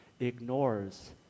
ignores